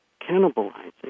cannibalizing